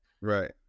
right